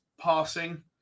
passing